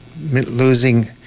losing